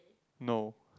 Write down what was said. no